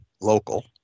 local